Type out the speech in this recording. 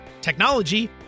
technology